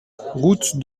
route